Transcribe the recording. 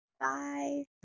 Bye